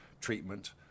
treatment